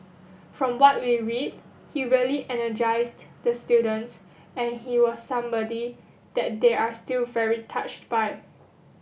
from what we read he really energized the students and he was somebody that they are still very touched by